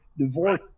Divorce